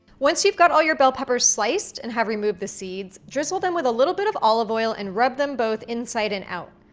once you've got all your bell peppers sliced and have removed the seeds, drizzle them with a little bit of olive oil and rub them both inside and out.